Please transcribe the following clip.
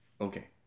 Okay